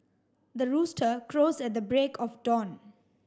the rooster crows at the break of dawn